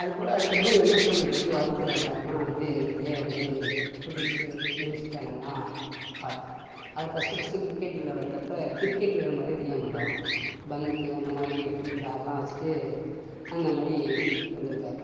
அதுபோல அதுக்கப்புறோம் M S தோனியை பற்றி வாழ்க்கை வரலாறுலாம் வந்து நிறைய வந்து யூடியூப்ஸு நியூஸ் சேனல்லாம் பார்த்தேன் அவர் ஃபர்ஸ்டு ஃபர்ஸ்டு கிரிக்கெட்டில் வந்தப்போ கிரிக்கெட் வீரர் மாதிரியே தெரிய மாட்டாராம் பங்க்கு இந்தமாதிரி ஃபிரீ ஹேர்லாம் வச்சுட்டு அந்தமாதிரி இருந்திருக்கார்